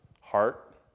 heart